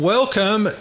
Welcome